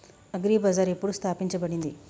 Agri బజార్ ఎప్పుడు స్థాపించబడింది?